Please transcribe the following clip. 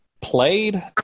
played